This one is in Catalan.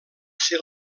ser